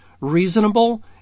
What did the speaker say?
reasonable